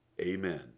Amen